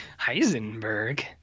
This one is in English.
Heisenberg